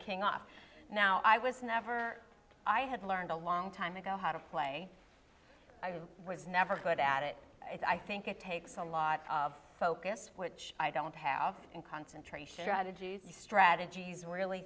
king off now i was never i had learned a long time ago how to play i was never good at it i think it takes a lot of focus which i don't have and concentration try to do strategies and really